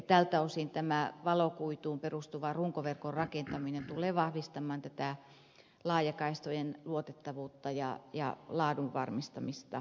tältä osin tämä valokuituun perustuva runkoverkon rakentaminen tulee vahvistamaan tätä laajakaistojen luotettavuutta ja laadun varmistamista